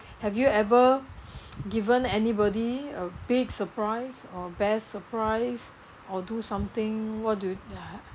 have you ever given anybody a big surprise or best surprise or do something what do you